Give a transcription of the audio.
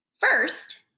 First